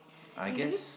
I guess